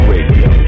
Radio